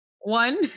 One